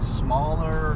smaller